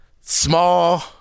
small